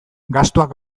gastuak